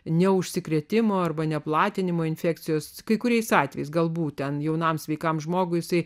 ne užsikrėtimo arba neplatinimo infekcijos kai kuriais atvejais galbūt ten jaunam sveikam žmogui